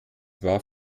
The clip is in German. war